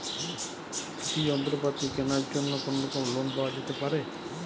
কৃষিযন্ত্রপাতি কেনার জন্য কোনোরকম লোন পাওয়া যেতে পারে?